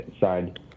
signed